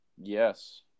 Yes